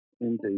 indeed